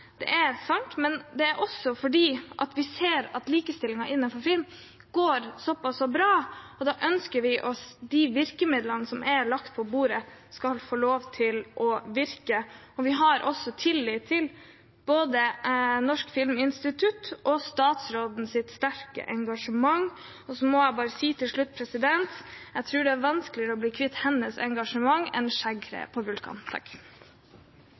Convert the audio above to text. Det er sant, men det er også fordi vi ser at likestillingen innenfor film går så bra, og da ønsker vi at de virkemidlene som er lagt på bordet, skal få lov til å virke. Vi har også tillit til både Norsk filminstitutt og statsrådens sterke engasjement. Og så må jeg bare si til slutt: Jeg tror det er vanskeligere å bli kvitt hennes engasjement enn skjeggkreene på